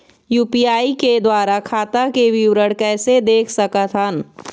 UPI के द्वारा खाता के विवरण कैसे देख सकत हन?